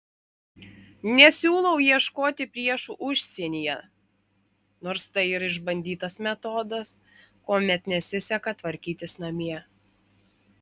nesiūlau ieškoti priešų užsienyje nors tai ir išbandytas metodas kuomet nesiseka tvarkytis namie